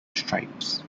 stripes